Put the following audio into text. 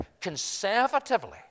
conservatively